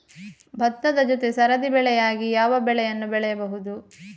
ಭತ್ತದ ಜೊತೆ ಸರದಿ ಬೆಳೆಯಾಗಿ ಯಾವ ಬೆಳೆಯನ್ನು ಬೆಳೆಯಬಹುದು?